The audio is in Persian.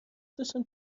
داشتم